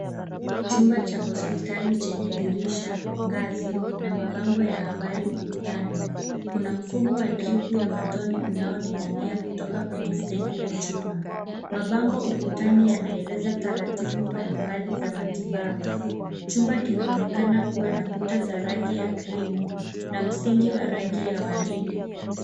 Chumba cha hospitali chenye , dirisha ngazi na mabango ya habari ukutani. Kuna mfumo wa dripu inayoning'inia kutoka kwenye stendi ya chuma. Mabango ukutani yanaeleza taratibu mbalimbali za matibabu. Chumba kinaonekana kuwa na kuta za rangi ya krimu na msingi wa rangi ya waridi.